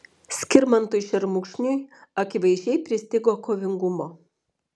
skirmantui šermukšniui akivaizdžiai pristigo kovingumo